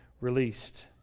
released